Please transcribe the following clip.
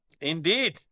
Indeed